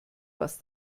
was